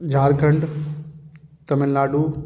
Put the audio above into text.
Jharkhand Tamil Nadu